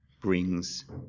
brings